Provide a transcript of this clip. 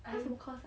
他什么 course ah